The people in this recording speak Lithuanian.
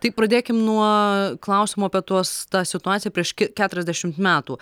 tai pradėkim nuo klausimo apie tuos tą situaciją prieš ki keturiasdešimt metų